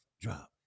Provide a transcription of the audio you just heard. drop